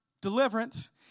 deliverance